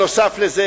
בנוסף לזה,